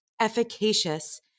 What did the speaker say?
efficacious